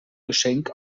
geschenk